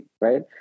Right